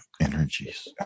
Energies